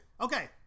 Okay